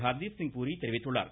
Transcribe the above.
ஹர்தீப் சிங் பூரி தெரிவித்துள்ளார்